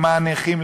למען נכים,